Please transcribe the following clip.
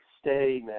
stay